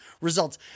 results